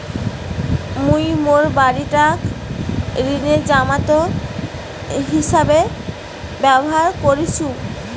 মুই মোর বাড়িটাক ঋণের জামানত হিছাবে ব্যবহার করিসু